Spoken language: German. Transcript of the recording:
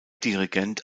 dirigent